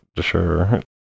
sure